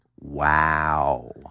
Wow